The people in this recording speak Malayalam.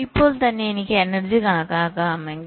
ഇപ്പോൾ തന്നെ എനിക്ക് എനർജി കണക്കാക്കണമെങ്കിൽ